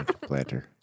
Planter